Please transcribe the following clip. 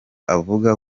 avuga